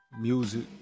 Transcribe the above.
music